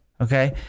Okay